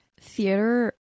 theater